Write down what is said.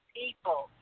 people